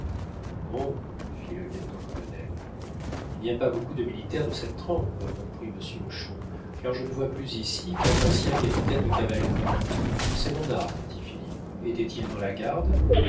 bon fit le lieutenant-colonel il n'y a pas beaucoup de militaires de cette trempe reprit monsieur hochon car je ne vois plus ici qu'un ancien capitaine de cavalerie c'est mon arme dit philippe était-il dans la garde